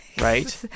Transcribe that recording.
Right